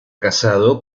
casado